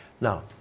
Now